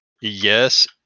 Yes